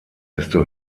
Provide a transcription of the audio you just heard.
desto